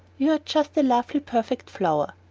you are just a lovely perfect flower,